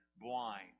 blind